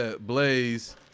Blaze